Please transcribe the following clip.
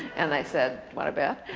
and i said, want to bet?